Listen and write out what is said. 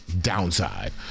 downside